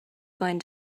going